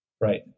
Right